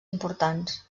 importants